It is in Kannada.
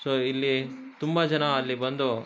ಸೊ ಇಲ್ಲಿ ತುಂಬ ಜನ ಅಲ್ಲಿ ಬಂದು